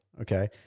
okay